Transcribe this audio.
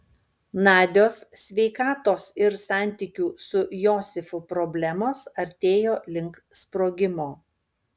nadios sveikatos ir santykių su josifu problemos artėjo link sprogimo